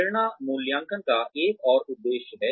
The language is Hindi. प्रेरणा मूल्यांकन का एक और उद्देश्य है